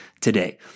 today